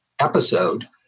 episode